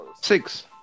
Six